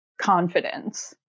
confidence